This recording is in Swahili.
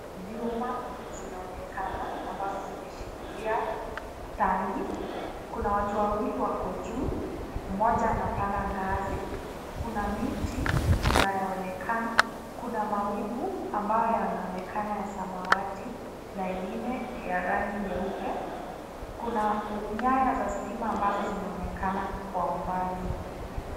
Vyuma, zinaonekana, ambazo zimeshikilia tanki ,kuna watu wawili wako juu, mmoja anapanda ngazi. Kuna miti ,inayoonekana, kuna mawingu ambayo yanaonekana ya samawati na ingine ya rangi nyeupe. Kuna nyaya za stima ambazo zinaonekana kwa umbali.